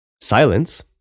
silence